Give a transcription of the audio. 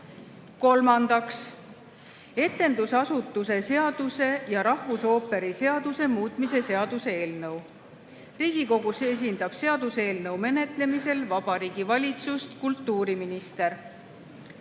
Kolmandaks, etendusasutuse seaduse ja rahvusooperi seaduse muutmise seaduse eelnõu. Riigikogus esindab seaduseelnõu menetlemisel Vabariigi Valitsust kultuuriminister.